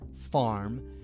farm